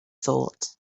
thought